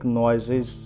noises